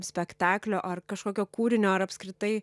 spektaklio ar kažkokio kūrinio ar apskritai